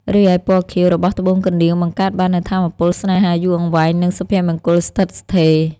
រីឯពណ៌ខៀវរបស់ត្បូងកណ្ដៀងបង្កើតបាននូវថាមពលស្នេហាយូរអង្វែង និងសុភមង្គលស្ថិតស្ថេរ។